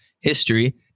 history